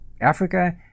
Africa